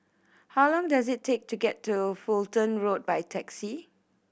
how long does it take to get to Fulton Road by taxi